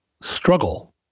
struggle